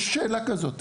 יש שאלה כזו.